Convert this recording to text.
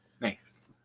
Nice